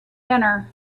dinner